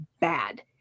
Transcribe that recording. bad